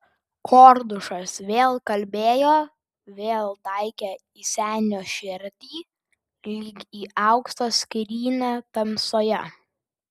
kordušas vėl kalbėjo vėl taikė į senio širdį lyg į aukso skrynią tamsoje